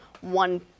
one